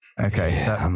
Okay